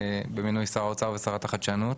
במינוי שר האוצר ושרת החדשנות.